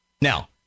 Now